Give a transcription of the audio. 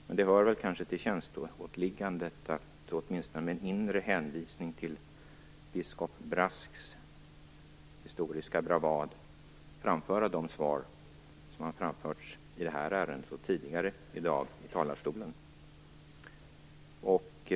Men det hör väl kanske till tjänsteåliggandet att åtminstone med en inre hänvisning till biskop Brasks historiska bravad framföra de svar som har framförts i det här ärendet och tidigare i dag i talarstolen.